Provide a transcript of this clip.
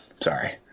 Sorry